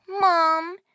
Mom